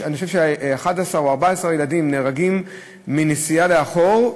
אני חושב שאם 11 או 14 ילדים נהרגו מנסיעה לאחור,